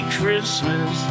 Christmas